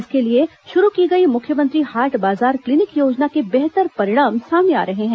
इसके लिए शुरू की गई मुख्यमंत्री हाट बाजार क्लीनिक योजना के बेहतर परिणाम सामने आ रहे हैं